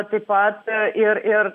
taip pat ir ir